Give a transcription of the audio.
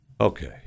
okay